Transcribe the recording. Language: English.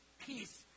peace